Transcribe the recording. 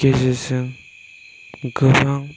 गेजेरजों गोबां